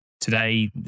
today